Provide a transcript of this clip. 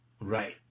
Right